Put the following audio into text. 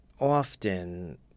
often